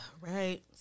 Right